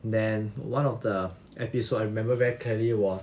then one of the episode I remember very clearly was